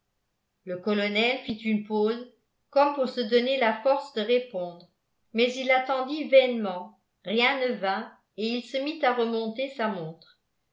le colonel fit une pause comme pour se donner la force de répondre mais il attendit vainement rien ne vint et il se mit à remonter sa montre